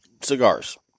cigars